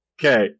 Okay